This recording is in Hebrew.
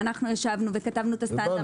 חייבת לציין - וכתבנו את הסטנדרט